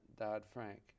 Dodd-Frank